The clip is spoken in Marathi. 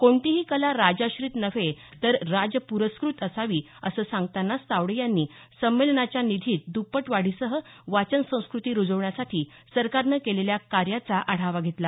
कोणतीही कला राजाश्रीत नव्हे तर राजप्रस्क्रत असावी असं सांगतानाच तावडे यांनी संमेलनाच्या निधीत दुप्पट वाढीसह वाचन संस्क्रती रुजवण्यासाठी सरकारनं केलेल्या कार्याचा आढावा घेतला